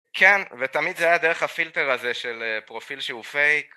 כן, ותמיד זה היה דרך הפילטר הזה של פרופיל שהוא פייק.